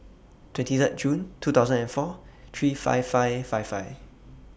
twenty Third June two thousand and four three five five five five